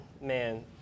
man